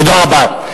תודה רבה.